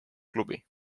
klubi